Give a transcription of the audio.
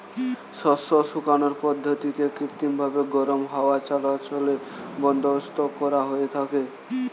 শস্য শুকানোর পদ্ধতিতে কৃত্রিমভাবে গরম হাওয়া চলাচলের বন্দোবস্ত করা হয়ে থাকে